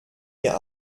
mir